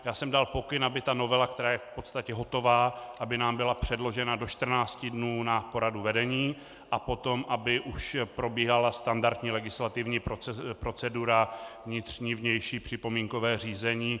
Dal jsem pokyn, aby novela, která je v podstatě hotová, nám byla předložena do 14 dnů na poradu vedení a potom aby už probíhala standardní legislativní procedura, vnitřní, vnější připomínkové řízení.